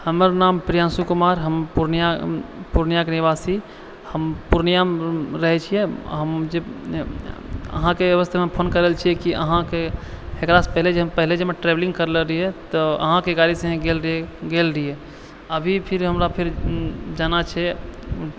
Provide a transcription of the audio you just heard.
हमर नाम प्रियांशु कुमार हम पूर्णिया पूर्णियाके निवासी हम पूर्णियामे रहै छियै हम जे अहाँके एहि वास्तेमे फोन कऽ रहल छियै कि अहाँके एकरा सँ पहिने जे पहिने जे हम ट्रेवलिंग करले रहियै तऽ अहाँके गाड़ीसँ ही गेल रहियै अभी फिर हमरा फिर जाना छै